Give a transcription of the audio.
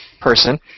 person